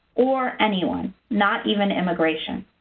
or anyone, not even immigration.